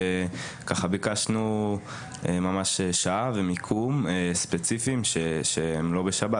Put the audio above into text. וביקשנו ממש מיקום ושעה ספציפיים שהם לא בשבת,